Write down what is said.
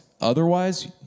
otherwise